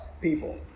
people